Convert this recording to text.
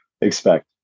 expect